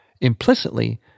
implicitly